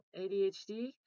ADHD